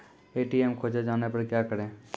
ATM खोजे जाने पर क्या करें?